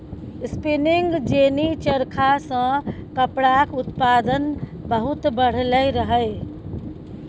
spinning jenny चरखा सँ कपड़ाक उत्पादन बहुत बढ़लै रहय